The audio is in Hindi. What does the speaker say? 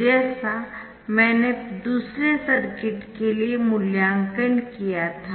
जैसा मैंने दूसरे सर्किट के लिए मूल्यांकन किया था